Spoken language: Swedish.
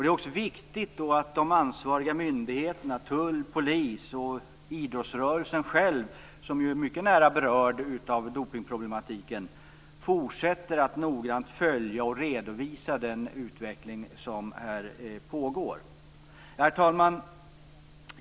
Det är också viktigt att de ansvariga myndigheterna tull och polis samt idrottsrörelsen, som är mycket nära berörd av dopningsproblematiken, fortsätter att noggrant följa och redovisa den utveckling som här pågår. Herr talman!